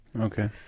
Okay